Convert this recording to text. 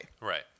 Right